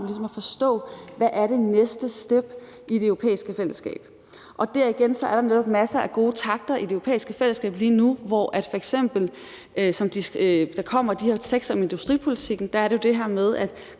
ligesom om at forstå, hvad der er det næste step i det europæiske fællesskab. Der er der jo netop igen lige nu masser af gode takter i det europæiske fællesskab, hvor der f.eks. kommer de her tekster om industripolitikken, og der er også det her med